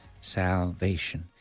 salvation